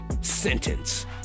sentence